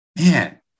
man